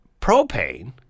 Propane